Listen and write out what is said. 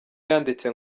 yanditse